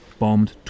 bombed